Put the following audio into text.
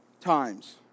times